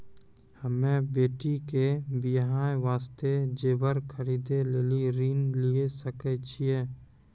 हम्मे बेटी के बियाह वास्ते जेबर खरीदे लेली ऋण लिये सकय छियै?